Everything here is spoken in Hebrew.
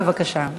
בבקשה.